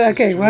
Okay